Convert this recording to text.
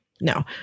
No